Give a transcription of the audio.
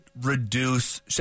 reduce